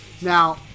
Now